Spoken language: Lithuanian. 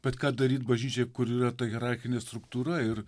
bet ką daryt bažnyčiai kur yra ta hierarchinė struktūra ir